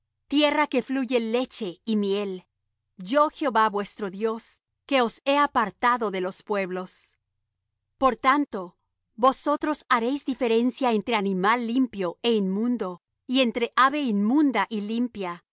tierra que fluye leche y miel yo jehová vuestro dios que os he apartado de los pueblos por tanto vosotros haréis diferencia entre animal limpio é inmundo y entre ave inmunda y limpia